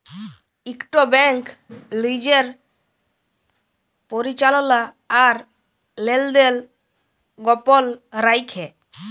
ইকট ব্যাংক লিজের পরিচাললা আর লেলদেল গপল রাইখে